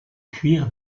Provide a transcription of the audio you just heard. cuir